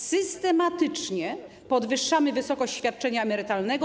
Systematycznie podwyższamy wysokość świadczenia emerytalnego.